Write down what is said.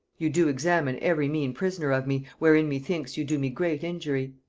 you do examine every mean prisoner of me, wherein methinks you do me great injury.